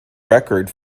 record